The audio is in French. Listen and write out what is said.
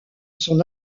son